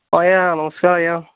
ଆଜ୍ଞା ନମସ୍କାର ଆଜ୍ଞା